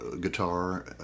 guitar